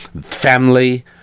family